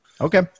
Okay